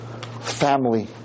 Family